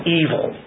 evil